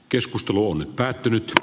keskustelu on päättynyt